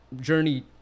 journey